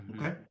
okay